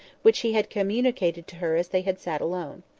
which he had communicated to her as they had sat alone.